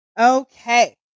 Okay